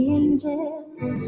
angels